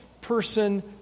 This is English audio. person